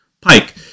pike